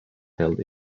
held